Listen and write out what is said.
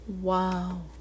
Wow